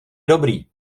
dobrý